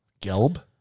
Gelb